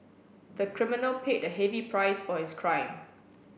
the criminal paid a heavy price for his crime